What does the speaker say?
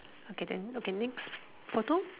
okay the okay next photo